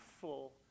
full